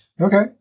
Okay